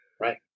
Right